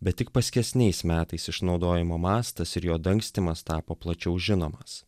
bet tik paskesniais metais išnaudojimo mastas ir jo dangstymas tapo plačiau žinomas